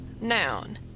noun